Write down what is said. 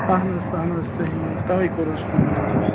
اَہَن حظ اَہَن حظ صحیح حظ تَوَے کوٚر حظ فون حظ اَسہِ